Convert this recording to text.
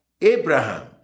Abraham